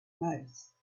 most